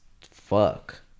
fuck